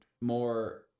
more